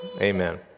Amen